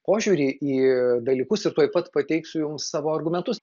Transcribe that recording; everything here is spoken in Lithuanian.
požiūrį į dalykus ir tuoj pat pateiksiu jums savo argumentus